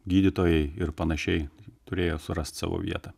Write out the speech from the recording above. gydytojai ir panašiai turėjo surast savo vietą